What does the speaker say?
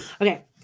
Okay